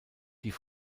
die